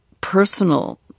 personal